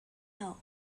out